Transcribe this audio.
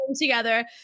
together